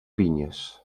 vinyes